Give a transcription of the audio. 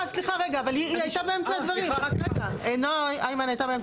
היא נותנת לו להרגיש